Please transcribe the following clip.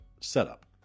setup